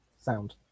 Sound